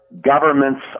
Governments